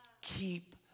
Keep